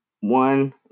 One